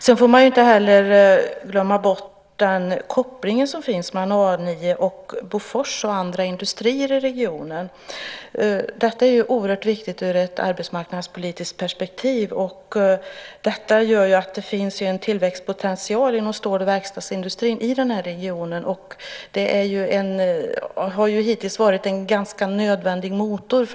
Man får inte heller glömma bort den koppling som finns mellan A 9 och Bofors och andra industrier i regionen. Det är oerhört viktigt ur ett arbetsmarknadspolitiskt perspektiv. Det finns en tillväxtpotential inom stål och verkstadsindustrin i regionen. Det har hittills varit en ganska nödvändig motor.